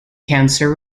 cancer